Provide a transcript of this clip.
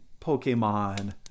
Pokemon